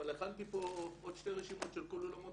אבל הכנתי פה עוד שתי רשימות של כל אולמות